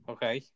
Okay